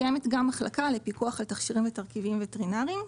קיימת גם מחלקה לפיקוח על תכשירים ותרכיבים וטרינריים,